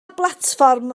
blatfform